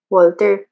Walter